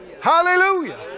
Hallelujah